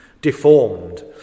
deformed